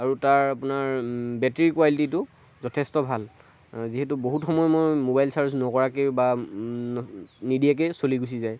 আৰু তাৰ আপোনাৰ বেটেৰী কোৱালিটীটো যথেষ্ট ভাল আৰু যিহেতু বহুত সময় মই ম'বাইল চাৰ্জ নকৰাকৈ বা নিদিয়াকৈয়ে চলি গুচি যায়